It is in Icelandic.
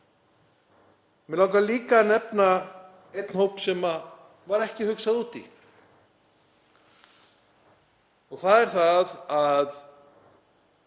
Mig langar líka að nefna einn hóp sem var ekki hugsað út í. Það er hópur